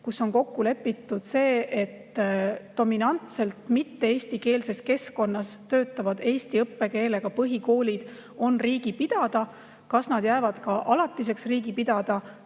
kus on kokku lepitud, et dominantselt mitte-eestikeelses keskkonnas töötavad eesti õppekeelega põhikoolid on riigi pidada. Kas need jäävad alatiseks riigi pidada,